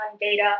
data